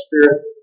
spirit